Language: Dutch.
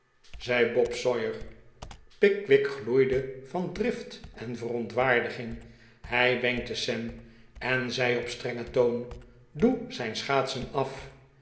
zei bob sawyer pickwick gloeide van drift en verontwaardiging hij wenkte sam en zei op strengen toon doe zijn schaatsen af